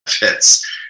benefits